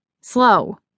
slow